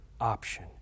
option